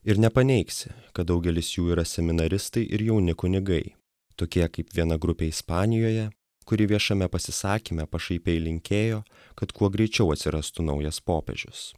ir nepaneigsi kad daugelis jų yra seminaristai ir jauni kunigai tokie kaip viena grupė ispanijoje kuri viešame pasisakyme pašaipiai linkėjo kad kuo greičiau atsirastų naujas popiežius